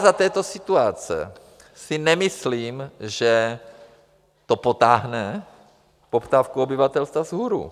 Za této situace si nemyslím, že to potáhne poptávku obyvatelstva vzhůru.